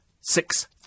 Six